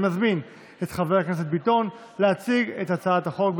אני מזמין את חבר הכנסת ביטון להציג את הצעת החוק.